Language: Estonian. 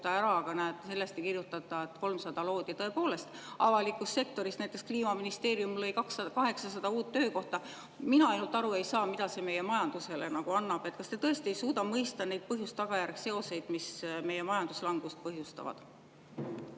aga sellest ei kirjutata, et 300 loodi. Tõepoolest, avalikus sektoris Kliimaministeeriumis loodi 800 uut töökohta. Mina ainult ei saa aru, mida see meie majandusele annab. Kas te tõesti ei suuda mõista neid põhjuse ja tagajärge seoseid, mis meie majanduslangust põhjustavad?